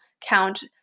count